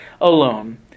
alone